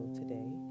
today